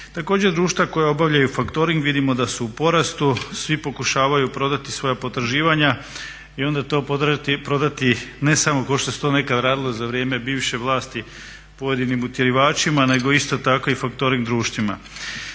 Također društva koja obavljaju factoring vidimo da su porastu. Svi pokušavaju prodati svoja potraživanja i onda to prodati ne samo kao što se to nekad radilo za vrijeme bivše vlasti pojedinim utjerivačima nego isto tako i faktoring društvima.